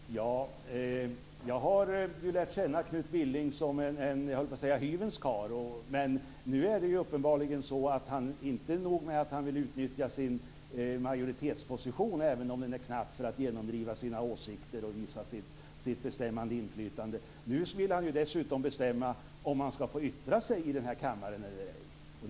Fru talman! Jag har lärt känna Knut Billing som en hyvens karl. Men nu är det uppenbarligen så att det inte är nog med att han vill utnyttja sin majoritetsposition, även om den är knapp, för att genomdriva sina åsikter och visa sitt inflytande. Nu vill han dessutom bestämma om man skall få yttra sig här i kammaren eller ej.